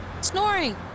Snoring